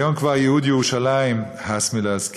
היום כבר ייהוד ירושלים, הס מלהזכיר,